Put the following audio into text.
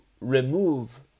remove